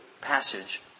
passage